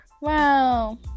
Wow